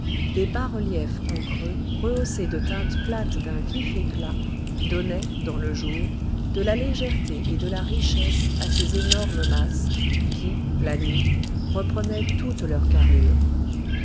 des bas-reliefs en creux rehaussés de teintes plates d'un vif éclat donnaient dans le jour de la légèreté et de la richesse à ces énormes masses qui la nuit reprenaient toute leur carrure